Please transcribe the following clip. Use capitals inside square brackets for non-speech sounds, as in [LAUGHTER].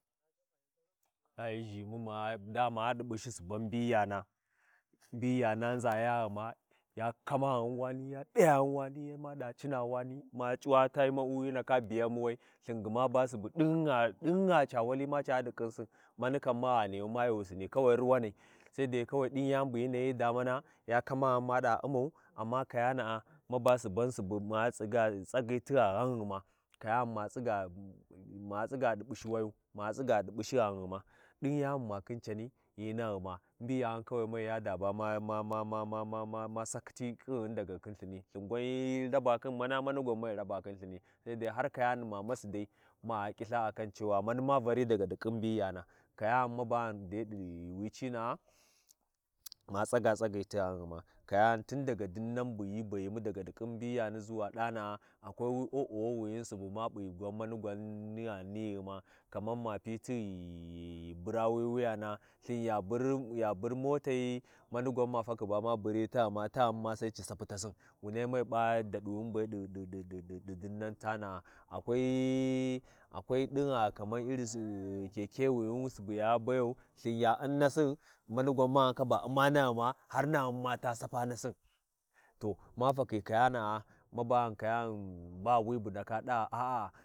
Ya ʒhimu ma ɗi ɓushi suban mbiyana mbiyana ʒayaghima, ya kamaghin wani ya ta’yaghin wani mada cina wani, ma cuwa te ma’u hyi ndaka biyamu wai, Lthin gma ba subu ɗingha ɗingh. Ca walima caɗi ƙinsin manikan ma ghanimuma kawai ghi wu sini ruwanai, saiɗai ɗin yani bu hyi nahy damana saidai kawai ɗin yani bu hyi nahyi damana, ya kamaghin maɗa Ummau, amma kayana’a maba suban subu ma tsiga tsagyi ti gha ghanghima, kayani ma-ma tsiguɗi P’ushi wayu, ma tsiga ɗi pushi ghamghuma ɗin yani bu ma khin cani hi naghima, mbiyani kawai mai yada be ma-ma-ma-ma sakati kinghin daga kin Lthini, Lthingwan hyi raba thin mana, manigwan mai raba khin Lthini saidai har kayani ma masi daima k’iLtha akan cewa mani ma vari daga ɗi kin mbiyana kiyani mabani dai ɗi yunwi cina’a, ma tsiga tsagyi ti ghanghuma kayani tun daga dinan buhyi bayimu daga ƙin mbiyani ʒuwa ɗana’a, akwai wi o'o wini subuma p’a gwam manigwam nigha nighima kaman ma pi tighi hura wi wuyana Lthin ya burya bur motai, mani gwan mani gwan unafakhi ba ma buri taghima, taghinma sai su sapi tasi wunaimai P’a daɗuni be ɗi du-du-du dinnan tana’a, akwai [HESITATION] ɗingha Iri kekewini subu ya bayau Lthin unu nasin, manigwan mu ndaka ba U’mma naghima har maghin mata saoa nasin, to ma fakhi kayanaa madan kayana ba wi bu ndaka ɗaba a'a.